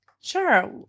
Sure